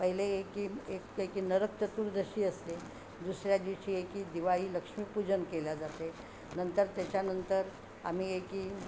पहिले एकी एककी नरक चतुर्दशी असते दुसऱ्या दिवशी एकी दिवाळी लक्ष्मीपूजन केल्या जाते नंतर त्याच्यानंतर आम्ही एकी